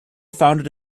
founded